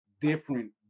different